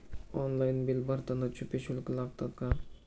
Online bill भरताना छुपे शुल्क लागतात का?